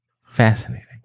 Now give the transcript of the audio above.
Fascinating